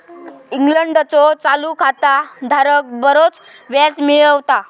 इंग्लंडचो चालू खाता धारक बरोच व्याज मिळवता